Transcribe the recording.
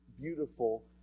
beautiful